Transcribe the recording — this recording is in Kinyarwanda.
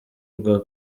rwa